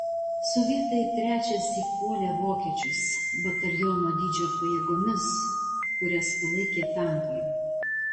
sovietai trečiąsyk puolė vokiečius bataliono dydžio pajėgomis kurias palaikė tankai